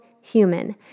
human